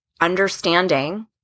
understanding